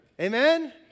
Amen